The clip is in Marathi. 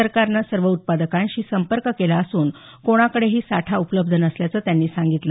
सरकारने सर्व उत्पादकांशी संपर्क केला असून कोणाकडेही साठा उपलब्ध नसल्याचं त्यांनी सांगितलं